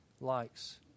likes